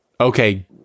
Okay